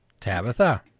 Tabitha